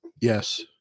Yes